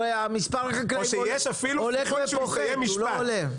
הרי מספר החקלאים הולך ופוחת הוא לא עולה.